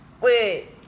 Wait